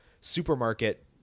supermarket